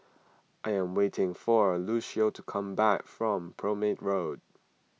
I am waiting for Lucious to come back from Prome Road